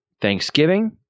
Thanksgiving